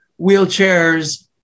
wheelchairs